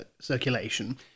circulation